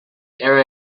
error